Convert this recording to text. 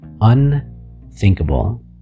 unthinkable